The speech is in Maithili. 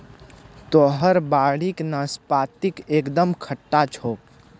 तोहर बाड़ीक नाशपाती एकदम खट्टा छौ